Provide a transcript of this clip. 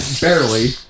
barely